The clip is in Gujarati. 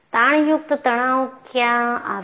તાણયુક્ત તણાવ ક્યાં આવે છે